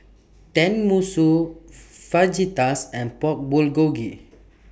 Tenmusu Fajitas and Pork Bulgogi